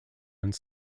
one